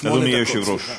שמונה דקות, סליחה.